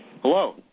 Hello